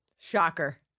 shocker